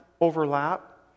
overlap